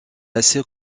assez